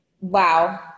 Wow